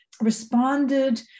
responded